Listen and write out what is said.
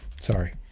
Sorry